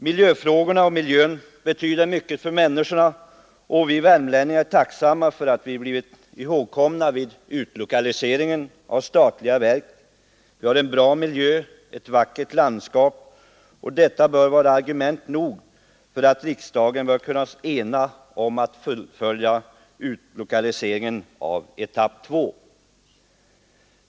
Miljön betyder mycket för människorna, och vi värmlänningar är tacksamma för att vi blivit ihågkomna vid utlokaliseringen av statliga verk. Vi har en bra miljö och ett vackert landskap, och detta bör vara argument nog för att riksdagen skall kunna enas om att fullfölja utlokaliseringens etapp 2.